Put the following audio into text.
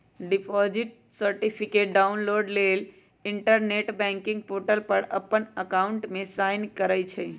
deposit certificate download लेल internet banking portal पर अप्पन अकाउंट में साइन करइ छइ